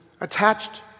attached